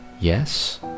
Yes